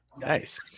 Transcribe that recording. Nice